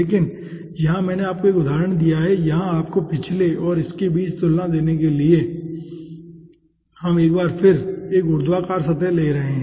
लेकिन यहां मैंने आपको एक उदाहरण दिया है यह आपको पिछले और इस के बीच तुलना देने के लिए है कि हम एक बार फिर एक ऊर्ध्वाधर सतह ले रहे हैं